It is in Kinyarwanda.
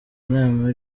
inama